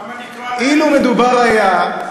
אז למה נקרא להם אזרחי המדינה?